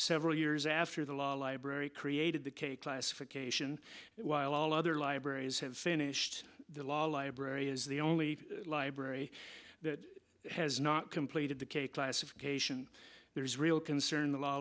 several years after the law library created the classification while all other libraries have finished the law library is the only library that has not completed the classification there's real concern the law